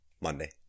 monday